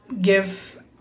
give